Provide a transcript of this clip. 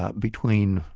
ah between